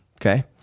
Okay